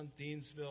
Deansville